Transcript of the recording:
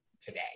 today